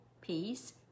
peace